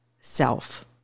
self